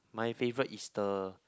my favourite is the